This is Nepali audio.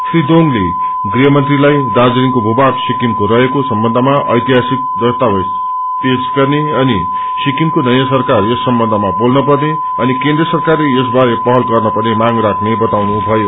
श्री दोङले गृहमंखेलाई दाज्रीलिङको भू माग सिकिमको रहेको सम्बन्धमा ऐतिहासिक दस्तावेज पेश गर्नेछ अनि सिकिममा नयाँ सरकार यस सम्बन्धमा बोल्न पर्ने अनि केन्द्र सरकारले यस बारे पहल गर्नपेन्र मांग राख्ने बताउनुभयो